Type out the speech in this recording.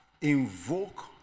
invoke